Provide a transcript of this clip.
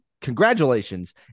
congratulations